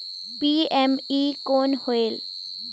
PME कौन होयल?